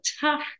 tough